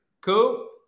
cool